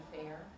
fair